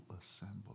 assemble